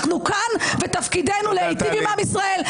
אנחנו כאן, ותפקידנו להיטיב עם עם ישראל.